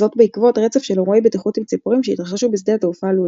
זאת בעקבות רצף של אירועי בטיחות עם ציפורים שהתרחשו בשדה התעופה לוד.